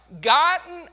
gotten